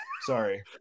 sorry